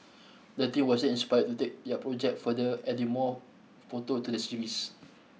the team was then inspired to take their project further adding more photo to the series